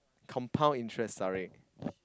compound interest sorry